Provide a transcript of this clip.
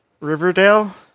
Riverdale